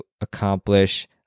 accomplish